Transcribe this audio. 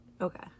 Okay